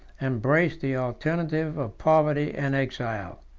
embraced the alternative of poverty and exile.